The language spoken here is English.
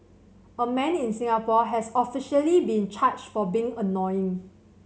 a man in Singapore has officially been charged for being annoying